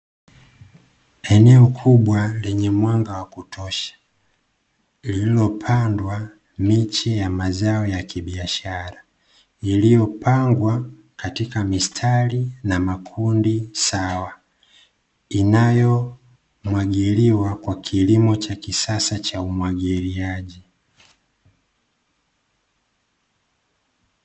Eneo kubwa lenye mwanga wa kutosha lililopandwa michi ya mazao ya kibiashara iliyopangwa katika mistari na makundi sawa; inayomwagiliwa kwa kilimo cha kisasa cha umwagiliaji.